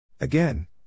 Again